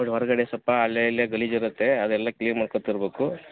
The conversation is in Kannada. ನೋಡಿ ಹೊರಗಡೆ ಸ್ವಲ್ಪ ಅಲ್ಲೆ ಇಲ್ಲೆ ಗಲೀಜು ಇರತ್ತೆ ಅದೆಲ್ಲ ಕ್ಲೀನ್ ಮಾಡ್ಕೊತ ಇರ್ಬಕು